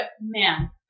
man